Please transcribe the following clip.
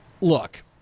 look